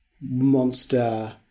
monster